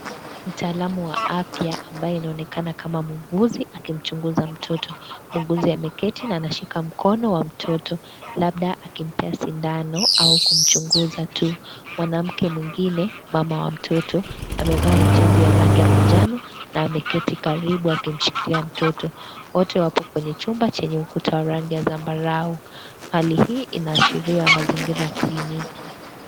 Mtaalamu wa afya ambaye anaonekana kama muuguzi akimchunguza mtoto muuguzi ameketi na amemshika mkono wa mtoto labda akimpea sindano au kumchunguza tu, mwanamke mwingine mama wa mtoto amevaa hijabu ya rangi ya manjano na ameketi karibu akimshikilia mtoto wote wapo kwenye chumba chenye ukuta wa rangi ya zambarau, hali hii inaashiria mazingira ya kliniki.